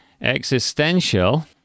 Existential